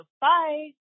Bye